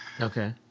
Okay